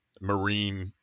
Marine